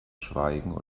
schweigen